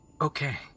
okay